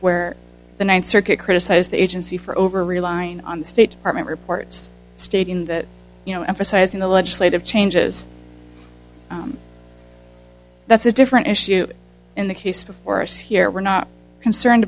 where the ninth circuit criticized the agency for over relying on the state department reports stating that you know emphasizing the legislative changes that's a different issue in the case before us here we're not concerned